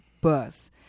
bus